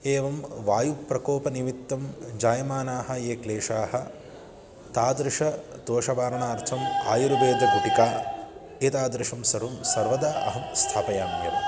एवं वायुप्रकोपनिमित्तं जायमानाः ये क्लेशाः तादृशं दोषवारणार्थम् आयुर्वेदगुलिकाः एतादृशं सर्वं सर्वदा अहं स्थापयाम्येव